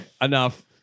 Enough